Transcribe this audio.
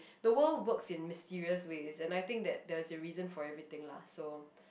the world works in mysterious ways and I think that there is a reason for everything lah so